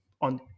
on